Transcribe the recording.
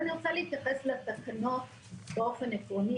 ואני רוצה להתייחס לתקנות באופן עקרוני